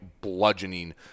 bludgeoning